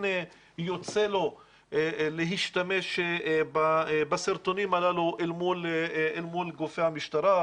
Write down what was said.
יוצא לו להשתמש בסרטונים הללו אל מול גופי המשטרה.